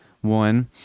one